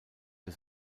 für